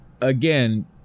again